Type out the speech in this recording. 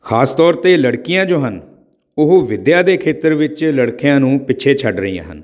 ਖਾਸ ਤੌਰ 'ਤੇ ਲੜਕੀਆਂ ਜੋ ਹਨ ਉਹ ਵਿੱਦਿਆ ਦੇ ਖੇਤਰ ਵਿੱਚ ਲੜਕਿਆਂ ਨੂੰ ਪਿੱਛੇ ਛੱਡ ਰਹੀਆਂ ਹਨ